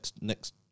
next